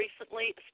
recently